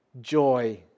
joy